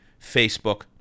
Facebook